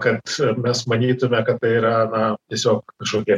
o kad mes manytume kad tai yra na tiesiog kažkokie